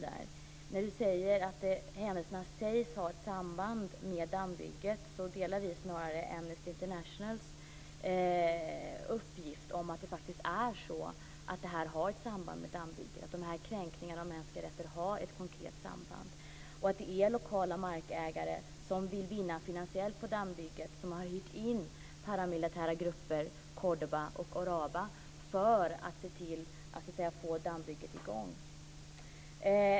Leif Pagrotsky säger att händelserna sägs ha ett samband med dammbygget. Vi delar snarare Amnesty Internationals uppfattning att kränkningarna av mänskliga rättigheter faktiskt har ett konkret samband med dammbygget. Det är lokala markägare som vill vinna finansiellt på dammbygget som har hyrt in paramilitära grupper från Córdoba och Uraba, för att få i gång dammbygget.